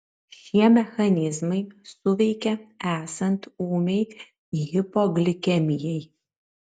šie mechanizmai suveikia esant ūmiai hipoglikemijai